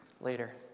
later